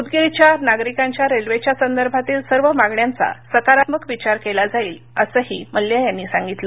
उदगीरच्या नागरिकांच्या रेल्वेच्या संदर्भातील सर्व मागण्यांचा सकारात्मक विचार केला जाईल असंही मल्ल्या यांनी सांगितलं